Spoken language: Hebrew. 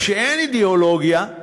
כשאין אידיאולוגיה,